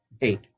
Eight